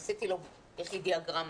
עשיתי לו לפי דיאגרמה,